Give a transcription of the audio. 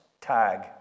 tag